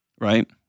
Right